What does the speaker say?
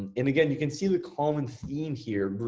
and again, you can see the common theme here.